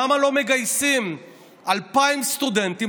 למה לא מגייסים 2,000 סטודנטים,